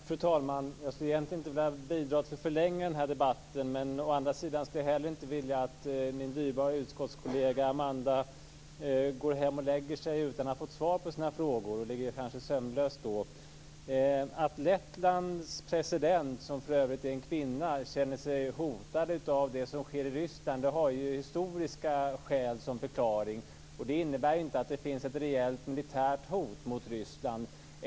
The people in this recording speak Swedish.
Fru talman! Jag skulle egentligen inte vilja bidra till att förlänga den här debatten, men å andra sidan skulle jag inte heller vilja att min dyrbara utskottskollega Amanda går hem och lägger sig utan att ha fått svar på sina frågor. Hon ligger kanske sömnlös då. Att Lettlands president, som för övrigt är en kvinna, känner sig hotad av det som sker i Ryssland har ju historiska skäl som förklaring. Det innebär inte att det finns ett reellt militärt hot från Ryssland.